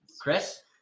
Chris